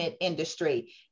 industry